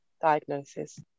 diagnosis